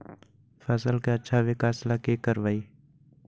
फसल के अच्छा विकास ला की करवाई?